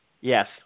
Yes